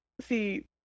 see